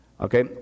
Okay